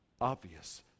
obvious